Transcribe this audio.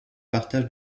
partage